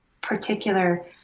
particular